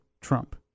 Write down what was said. Trump